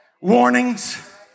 warnings